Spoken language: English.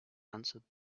answered